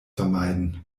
vermeiden